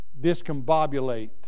discombobulate